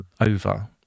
over